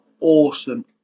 awesome